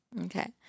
Okay